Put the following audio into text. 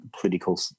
political